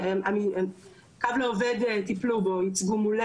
ייצגו מולנו של עובדת שלשכה פרטית הגישה